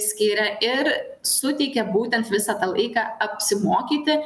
skiria ir suteikia būtent visą tą laiką apsimokyti